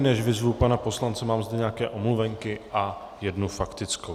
Než vyzvu pana poslance, mám zde nějaké omluvenky a jednu faktickou.